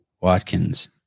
Watkins